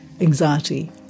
anxiety